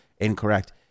incorrect